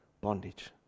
bondage